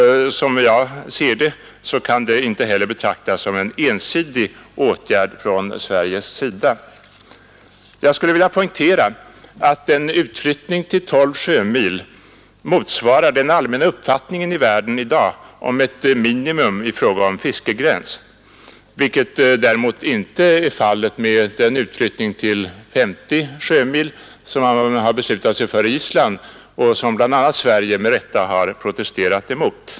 Som jag ser det kan det inte heller betraktas som en ensidig åtgärd från Sveriges sida. Jag skulle vilja poängtera att en utflyttning till 12 sjömil motsvarar den allmänna uppfattningen i världen i dag om ett minimum i fråga om fiskegräns, vilket däremot inte är fallet med den utflyttning till 50 sjömil som man har beslutat sig för i Island och som bl.a. Sverige med rätta har protesterat emot.